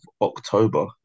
October